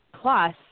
plus